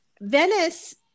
Venice